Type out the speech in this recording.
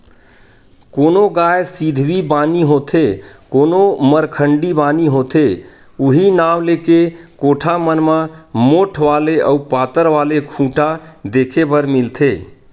कोनो गाय सिधवी बानी होथे कोनो मरखंडी बानी होथे उहीं नांव लेके कोठा मन म मोठ्ठ वाले अउ पातर वाले खूटा देखे बर मिलथे